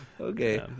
Okay